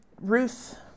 Ruth